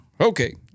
Okay